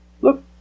Look